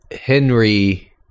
Henry